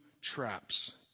traps